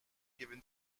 given